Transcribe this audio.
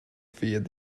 feared